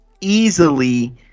easily